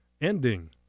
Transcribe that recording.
ending